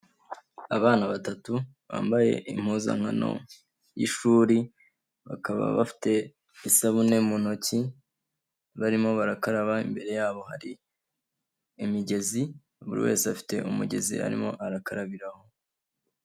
Abana batatu bambaye impuzankano y'ishuri, bakaba bafite isabune mu ntoki, barimo barakaraba imbere yabo hari imigezi, buri wese afite umugezi arimo arakarabiraho.